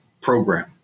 program